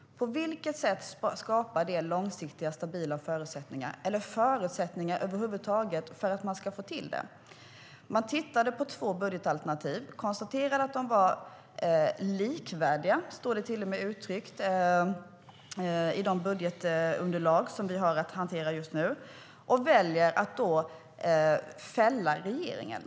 På vilket sätt skapar det långsiktiga och stabila förutsättningar, eller förutsättningar över huvud taget för att man ska få till det? Sverigedemokraterna tittade på två budgetalternativ och konstaterade att de var likvärdiga - som det till och med står uttryckt i de budgetunderlag som vi har att hantera just nu - och valde att fälla regeringen.